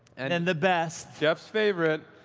and and the best. jeff's favorite,